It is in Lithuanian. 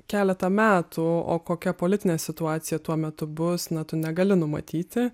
keletą metų o kokia politinė situacija tuo metu bus na tu negali numatyti